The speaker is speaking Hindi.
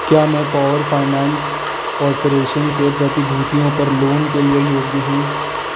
क्या मैं पावर फाइनेंस कॉर्पोरेशन से प्रतिभूतियों पर लोन के लिए योग्य हूँ